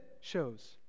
shows